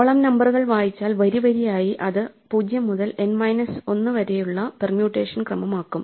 column നമ്പറുകൾ വായിച്ചാൽ വരിവരിയായി അത് 0 മുതൽ N മൈനസ് 1 വരെ ഉള്ള പെർമ്യൂട്ടേഷൻ ക്രമമാക്കും